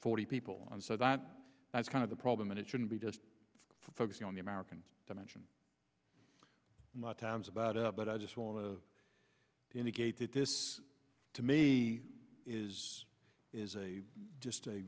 forty people so that that's kind of the problem and it shouldn't be just focusing on the american dimension my time's about up but i just want to indicate that this to me is is a just a